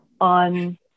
on